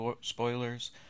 spoilers